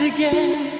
again